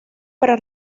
para